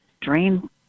drain